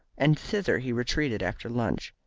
and thither he retreated after lunch.